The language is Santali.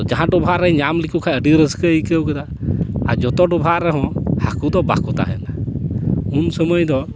ᱡᱟᱦᱟᱸ ᱰᱚᱵᱷᱟᱜ ᱨᱮ ᱧᱟᱢ ᱞᱮᱠᱚ ᱠᱷᱟᱱ ᱟᱹᱰᱤ ᱨᱟᱹᱥᱠᱟᱹᱭ ᱟᱹᱭᱠᱟᱹᱣ ᱜᱚᱫᱟ ᱟᱨ ᱡᱚᱛᱚ ᱰᱚᱵᱷᱟᱜ ᱨᱮᱦᱚᱸ ᱦᱟᱹᱠᱩ ᱫᱚ ᱵᱟᱠᱚ ᱛᱟᱦᱮᱱᱟ ᱩᱱᱥᱩᱢᱟᱹᱭ ᱫᱚ